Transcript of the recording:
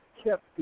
kept